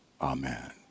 Amen